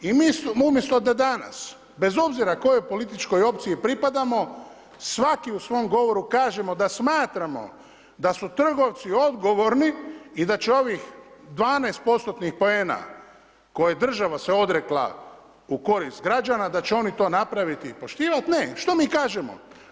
I umjesto da danas bez obzira kojoj političkoj opciji pripadamo, svaki u svom govoru kažemo da smatramo da su trgovci odgovorni i da će ovih 12%-tnih poena koje država se odrekla u korist građana, da će oni to napraviti i poštivati, ne, što mi kažemo?